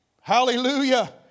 Hallelujah